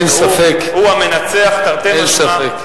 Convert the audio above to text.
הוא המנצח תרתי משמע, אין ספק.